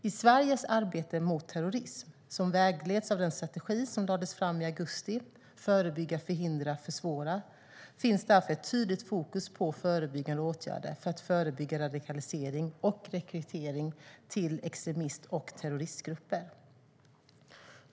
I Sveriges arbete mot terrorism, som vägleds av den strategi som lades fram i augusti - Förebygga, Förhindra, Försvåra - finns därför ett tydligt fokus på förebyggande åtgärder, för att förebygga radikalisering och rekrytering till extremist och terroristgrupper.